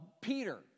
Peter